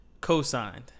co-signed